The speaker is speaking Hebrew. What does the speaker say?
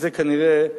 זה, כנראה,